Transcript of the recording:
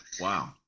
Wow